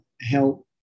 help